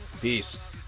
Peace